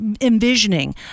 envisioning